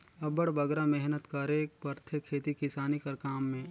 अब्बड़ बगरा मेहनत करेक परथे खेती किसानी कर काम में